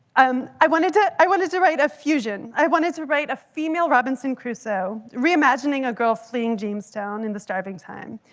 um i wanted to i wanted to write a fusion. i wanted to write a female robinson crusoe, reimagining a girl fleeing jamestown in the starving time.